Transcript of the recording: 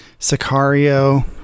Sicario